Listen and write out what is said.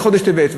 זה חודש טבת.